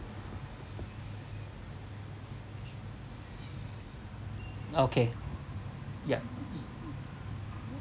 okay yeah